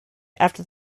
after